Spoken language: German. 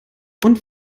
und